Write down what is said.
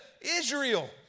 Israel